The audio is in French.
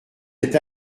êtes